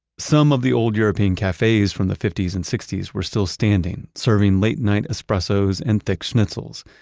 some of the old european cafes from the fifty s and sixty s were still standing serving late night espressos and thick schnitzels.